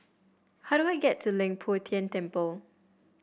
how do I get to Leng Poh Tian Temple